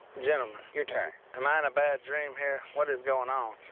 gentlemen. your turn. am i in a bad dream here? what is going on?